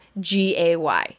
.gay